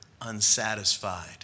unsatisfied